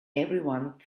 everyone